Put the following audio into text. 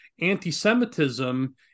anti-Semitism